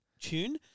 tune